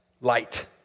light